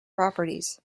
properties